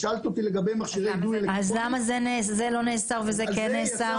שאלת אותי לגבי מכשירי --- אז למה זה לא נאסר וזה כן נאסר.